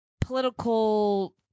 political